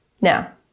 Now